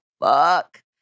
fuck